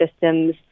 systems